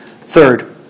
Third